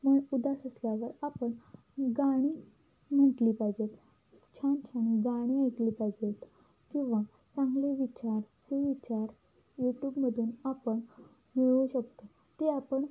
मन उदास असल्यावर आपण गाणी म्हटली पाहिजेत छान छान गाणी ऐकली पाहिजेत किंवा चांगले विचार सुविचार यूटूबमधून आपण मिळवू शकतो ते आपण